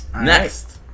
Next